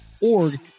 org